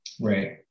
Right